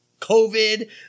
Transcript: COVID